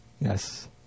Yes